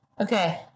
Okay